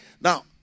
Now